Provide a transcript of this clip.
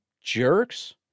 jerks